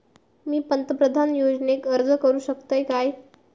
मी पंतप्रधान योजनेक अर्ज करू शकतय काय?